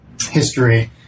history